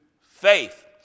faith